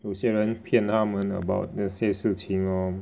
有些人骗他们 about 那些事情 lor